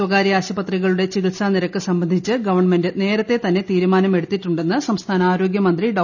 സ്വകാര്യ ആശുപത്രികളുടെ ചികിത്സാനിരക്ക് സംബന്ധിച്ച് ഗവൺമെന്റ് നേരത്തെന്നെ തീരുമാനമെടുത്തിട്ടുണ്ടെന്ന് സംസ്ഥാന ആരോഗ്യമന്ത്രി ഡോ